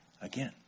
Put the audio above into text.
again